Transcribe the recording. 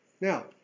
Now